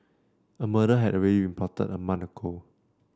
a murder had already been plotted a month ago